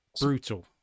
brutal